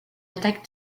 attaque